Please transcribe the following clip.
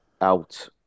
out